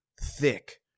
thick